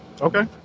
okay